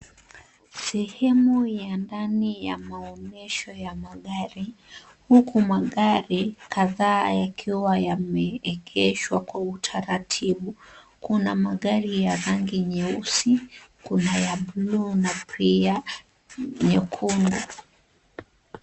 Sehemu ya ndani ya maonyesho ya magari, huku magari kadhaa yakiwa yameegeshwa kwa utaratibu. Kuna magari ya rangi nyeusi, kuna ya bluu na pia nyekundu.